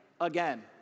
again